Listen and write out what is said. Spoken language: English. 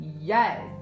Yes